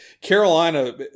Carolina